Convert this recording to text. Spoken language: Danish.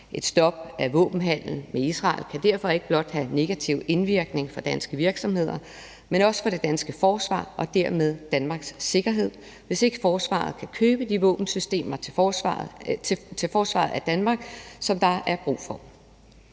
Et stop for våbenhandelen med Israel kan derfor ikke blot have negativ indvirkning på danske virksomheder, men også på det danske forsvar og dermed Danmarks sikkerhed, hvis ikke forsvaret kan købe de våbensystemer til forsvaret af Danmark, som der er brug for.